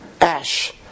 ash